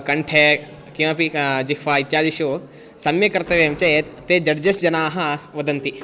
कण्ठे किमपि जिह्वा इत्यादिषु सम्यक् कर्तव्यं चेत् ते जड्जस् जनाः वदन्ति